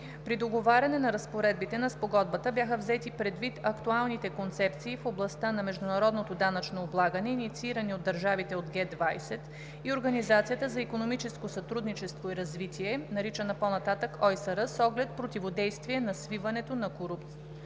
При договаряне на разпоредбите на Спогодбата бяха взети предвид актуалните концепции в областта на международното данъчно облагане, инициирани от държавите от Г 20 и Организацията за икономическо сътрудничество и развитие, наричана по-нататък ОИСР, с оглед противодействие на свиването на корпоративната